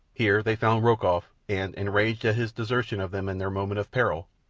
here they found rokoff, and, enraged at his desertion of them in their moment of peril,